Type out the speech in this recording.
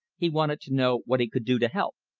he wanted to know what he could do to help.